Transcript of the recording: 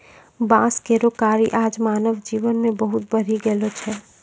बांस केरो कार्य आज मानव जीवन मे बहुत बढ़ी गेलो छै